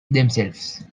themselves